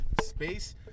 space